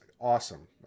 awesome